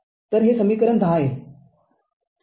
तर हे समीकरण १० आहे